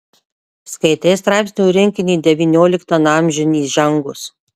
skaitei straipsnių rinkinį devynioliktan amžiun įžengus